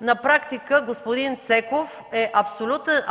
На практика господин Цеков е